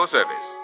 Service